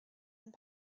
and